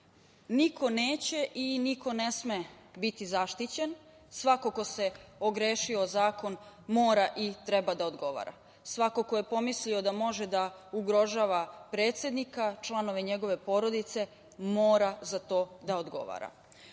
Niko neće i niko ne sme biti zaštićen. Svako ko se ogrešio o zakon mora i treba da odgovara. Svako ko je pomislio da može da ugrožava predsednika, članove njegove porodice, mora za to da odgovara. Pored